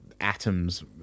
atoms